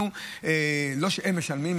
ולא שהם משלמים,